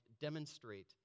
demonstrate